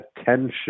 attention